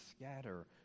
scatter